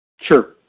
Sure